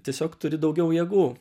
tiesiog turi daugiau jėgų